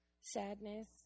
sadness